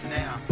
now